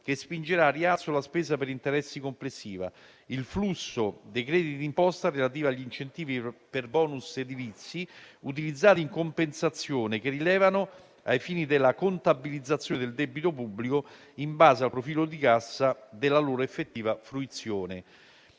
che spingerà al rialzo la spesa per interessi complessiva; il flusso dei crediti di imposta relativa agli incentivi per *bonus* edilizi utilizzati in compensazione, che rilevano ai fini della contabilizzazione del debito pubblico in base al profilo di cassa della loro effettiva fruizione.